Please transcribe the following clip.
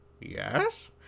Yes